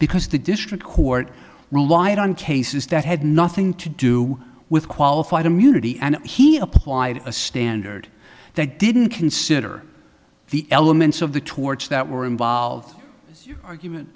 because the district court relied on cases that had nothing to do with qualified immunity and he applied a standard that didn't consider the elements of the torch that were involved your argument